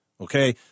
okay